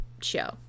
show